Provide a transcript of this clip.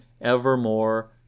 evermore